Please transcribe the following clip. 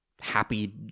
happy